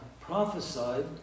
prophesied